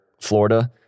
Florida